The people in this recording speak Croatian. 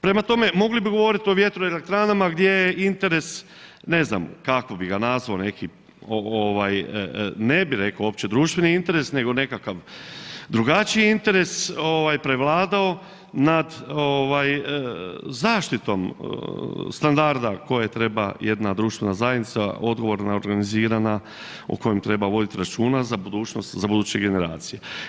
Prema tome, mogli bi govoriti o vjetroelektranama gdje je interes ne znam kako bi ga nazvao, neki ne bi rekao uopće društveni interes nego nekakav drugačiji interes prevladao nad ovaj zaštitom standarda koje treba jedna društvena zajednica odgovorna, organizirana, u kojem treba voditi računa za budućnost, za buduće generacije.